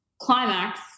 climax